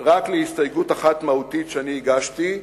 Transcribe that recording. רק להסתייגות אחת מהותית שהגשתי,